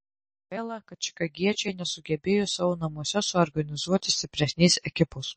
gaila kad čikagiečiai nesugebėjo savo namuose suorganizuoti stipresnės ekipos